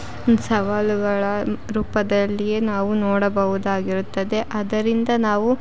ಸವಾಲುಗಳ ರೂಪದಲ್ಲಿಯೇ ನಾವು ನೋಡಬೌದಾಗಿರುತ್ತದೆ ಆದ್ದರಿಂದ ನಾವು